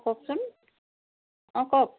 কওকচোন অঁ কওক